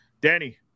Danny